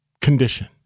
condition